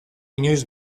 inoiz